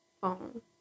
phone